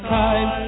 time